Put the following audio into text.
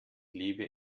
lebe